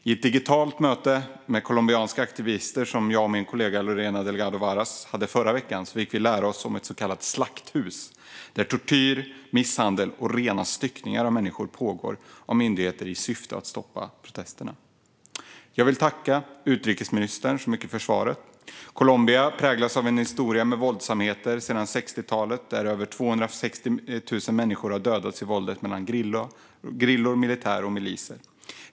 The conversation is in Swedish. I ett digitalt möte med colombianska aktivister som jag och min kollega Lorena Delgado Varas hade förra veckan fick vi lära oss att det finns ett så kallat slakthus, där tortyr, misshandel och rena styckningar av människor utförs av myndigheterna i syfte att stoppa protesterna. Jag vill tacka utrikesministern så mycket för svaret. Colombia präglas av en historia med våldsamheter sedan 1960-talet. Över 260 000 människor har dödats i våldet mellan gerillor, militär och miliser.